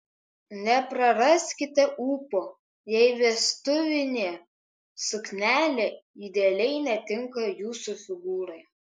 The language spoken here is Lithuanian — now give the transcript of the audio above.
nepraraskite ūpo jei vestuvinė suknelė idealiai netinka jūsų figūrai